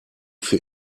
für